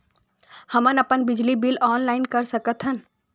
हमन अपन बिजली बिल ऑनलाइन कर सकत हन?